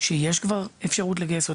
שכבר יש אפשרות לגייס,